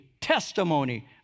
testimony